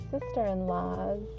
sister-in-law's